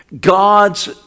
God's